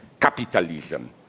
capitalism